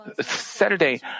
Saturday